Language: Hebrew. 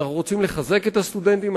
לחזק את הסטודנטים,